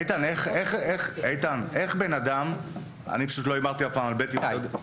איתי, אני אף פעם לא הימרתי על "בטים".